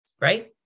right